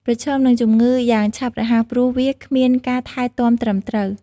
ប្រឈមនឹងជំងឺយ៉ាងឆាប់រហ័ស ព្រោះវាគ្មានការថែទាំត្រឹមត្រូវ។